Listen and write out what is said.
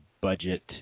budget